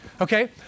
Okay